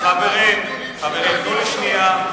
חברים, חברים, תנו לי שנייה.